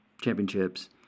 championships